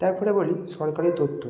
তারপরে আবার সরকারি তথ্য